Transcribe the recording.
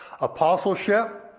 apostleship